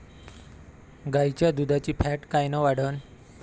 गाईच्या दुधाची फॅट कायन वाढन?